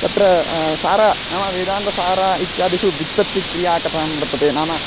तत्र सारः नाम वेदान्तसारः इत्यादिषु व्युत्पत्तिक्रियाकथा वर्तते नाम